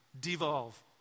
devolve